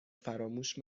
فراموش